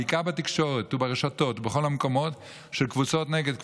בעיקר בתקשורת וברשתות ובכל המקומות של קבוצות נגד קבוצות,